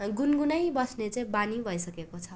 गुन्गुनाइबस्ने चाहिँ बानी भइसकेको छ